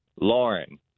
Lauren